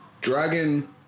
Dragon